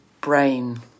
brain